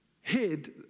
hid